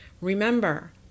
Remember